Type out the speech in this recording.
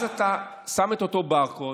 אז אתה שם את אותו ברקוד